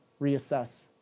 reassess